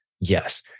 yes